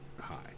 high